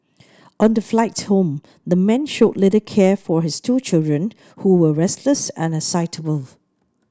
on the flight home the man showed little care for his two children who were restless and excitable